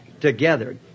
together